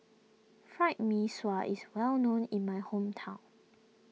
Fried Mee Sua is well known in my hometown